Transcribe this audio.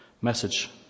message